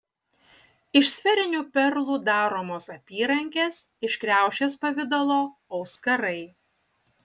iš sferinių perlų daromos apyrankės iš kriaušės pavidalo auskarai